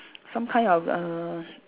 some kind of err